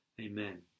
Amen